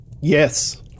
Yes